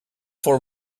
for